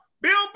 Bill